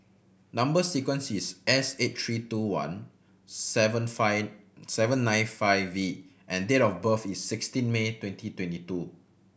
number sequence is S eight three two one seven five seven nine five V and date of birth is sixteen May twenty twenty two